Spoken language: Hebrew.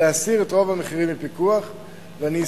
להסיר את הפיקוח על רוב המחירים,